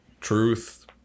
truth